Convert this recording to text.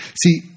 See